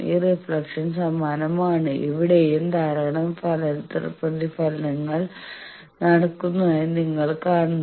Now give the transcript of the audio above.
ഈ റിഫ്ലക്ഷൻസ് സമാനമാണ് ഇവിടെയും ധാരാളം പ്രതിഫലനങ്ങൾ നടക്കുന്നതായി നിങ്ങൾ കാണുന്നു